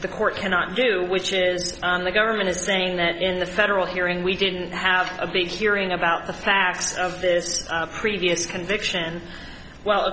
the court cannot do which it is and the government is saying that in the federal hearing we didn't have a big hearing about the facts of this previous conviction and well of